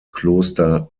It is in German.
kloster